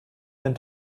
and